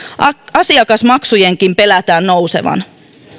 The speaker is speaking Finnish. asiakasmaksujenkin pelätään nousevan